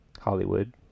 Hollywood